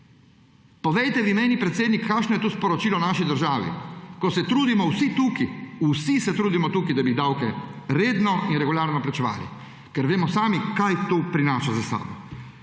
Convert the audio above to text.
Povejte vi meni, predsednik, kakšno je to sporočilo naši državi, ko se trudimo vsi tukaj, da bi davke redno in regularno plačevali, ker vemo sami, kaj to prinaša za seboj.